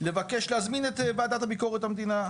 לבקש להזמין את ועדת ביקורת המדינה,